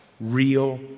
real